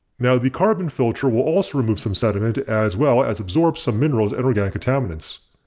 now the carbon filter will also remove some sediment as well as absorb some minerals and organic contaminants,